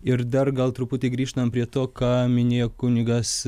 ir dar gal truputį grįžtam prie to ką minėjo kunigas